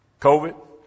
COVID